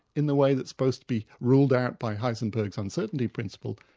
in the way that's supposed to be ruled out by heisenberg's uncertainty principle,